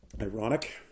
Ironic